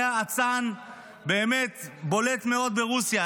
שהיה אצן באמת מאוד בולט ברוסיה,